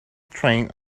train